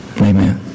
Amen